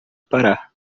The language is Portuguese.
parar